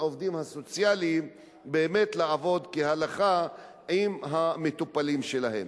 לעובדים הסוציאליים לעבוד כהלכה עם המטופלים שלהם.